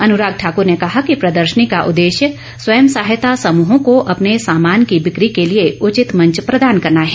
अनुराग ठाकुर ने कहा कि प्रदर्शनी का उद्देश्य स्वयं सहायता समूहों को अपने सामान की बिक्री के लिए उचित मंच प्रदान करना है